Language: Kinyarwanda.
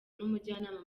n’umujyanama